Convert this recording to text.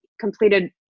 completed